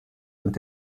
und